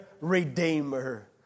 Redeemer